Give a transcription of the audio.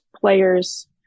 players